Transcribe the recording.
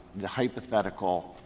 the hypothetical